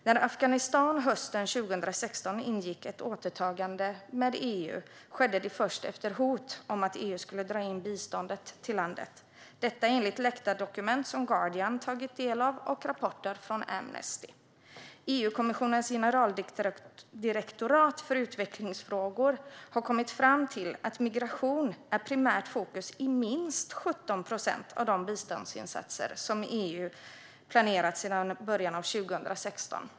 När Afghanistan hösten 2016 ingick ett återtagandeavtal med EU skedde det först efter hot om att EU skulle dra in biståndet till landet - detta enligt läckta dokument som The Guardian tagit del av och rapporter från Amnesty. EU-kommissionens generaldirektorat för utvecklingsfrågor har kommit fram till att migration är primärt fokus i minst 17 procent av de biståndsinsatser som EU planerat sedan början av 2016.